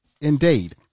Indeed